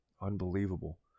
Unbelievable